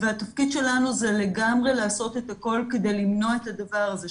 והתפקיד שלנו זה לגמרי לעשות את הכול כדי למנוע את הדבר הזה,